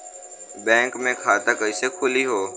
Bank मे खाता कईसे खुली हो?